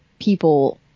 people